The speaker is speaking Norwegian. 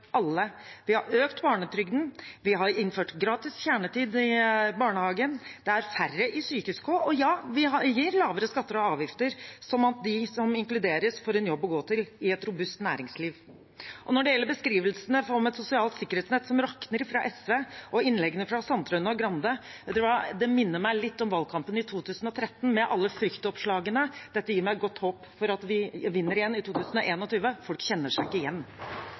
alle. Vi har økt barnetrygden, vi har innført gratis kjernetid i barnehagen, det er færre i sykehuskø, og ja, vi gir lavere skatter og avgifter, sånn at de som inkluderes, får en jobb å gå til i et robust næringsliv. Når det gjelder beskrivelsene av et sosialt sikkerhetsnett som rakner, fra SV, og innleggene fra representantene Sandtrøen og Grande, minner det meg litt om valgkampen i 2013, med alle fryktoppslagene. Dette gir meg godt håp for at vi vinner igjen i 2021. Folk kjenner seg ikke igjen.